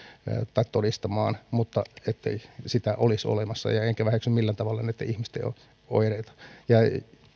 tai todistamaan ettei sitä olisi olemassa enkä väheksy millään tavalla näitten ihmisten oireita ja